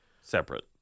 separate